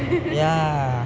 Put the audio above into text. ya